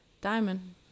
diamond